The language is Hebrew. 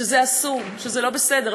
שזה אסור, שזה לא בסדר.